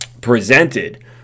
presented